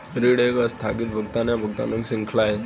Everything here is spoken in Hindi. ऋण एक आस्थगित भुगतान, या भुगतानों की श्रृंखला है